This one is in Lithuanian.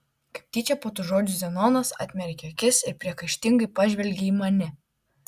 kaip tyčia po tų žodžių zenonas atmerkė akis ir priekaištingai pažvelgė į mane